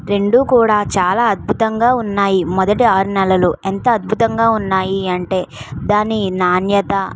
రెండు కూడా చాలా అద్భుతంగా ఉన్నాయి మొదటి ఆరు నెలలు ఎంత అద్భుతంగా ఉన్నాయి అంటే దాని నాణ్యత